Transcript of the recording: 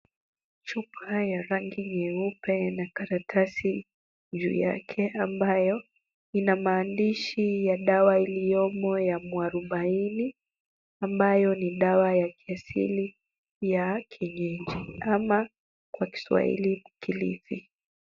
Chupa ya rangi nyeupe na karatasi juu yake ambayo ina maandishi ya dawa iliyomo ya mwarubaini ambayo ni dawa ya kiasili ya kienyeji ama kwa Kiswahili kilipi.